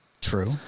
True